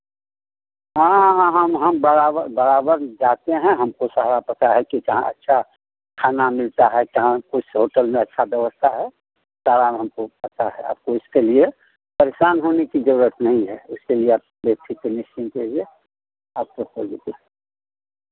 हाँ हाँ हाँ हम हम बराबर बराबर जाते हैं हमको सारा पता है कि कहाँ अच्छा खाना मिलता है कहाँ किस होटल में अच्छा व्यवस्था है सारा हमको पता है आपको इसके लिए परेशान होने की ज़रूरत नहीं है उसके लिए आप बेफिक्र निश्चिंत रहिए आपको